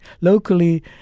Locally